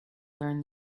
learn